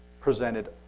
presented